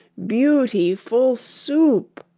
beauti ful soup